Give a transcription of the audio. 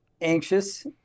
anxious